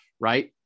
Right